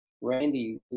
Randy